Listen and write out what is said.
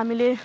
हामीले